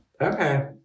okay